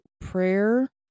prayer